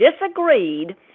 disagreed